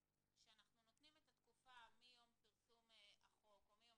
שאנחנו נותנים את התקופה מיום פרסום החוק או מיום